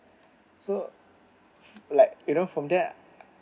so like you know from there